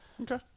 Okay